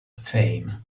fame